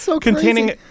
containing